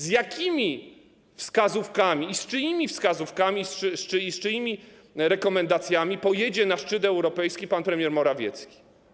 Z jakimi wskazówkami i z czyimi wskazówkami, z czyimi rekomendacjami pojedzie na szczyt europejski pan premier Morawiecki?